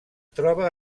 troba